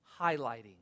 highlighting